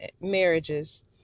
marriages